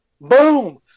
Boom